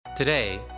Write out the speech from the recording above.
Today